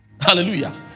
hallelujah